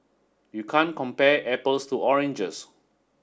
you can't compare apples to oranges